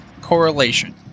correlation